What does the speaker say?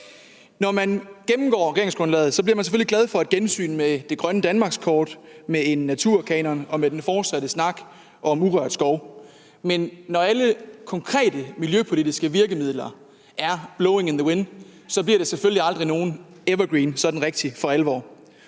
Når man gennemgår regeringsgrundlaget, bliver man selvfølgelig glad for et gensyn med det grønne danmarkskort med en naturkanon og med den fortsatte snak om urørt skov. Men når alle konkrete miljøpolitiske virkemidler er blowing in the wind, bliver det selvfølgelig aldrig sådan rigtig for alvor